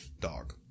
dog